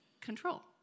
control